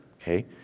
Okay